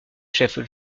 chef